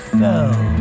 fell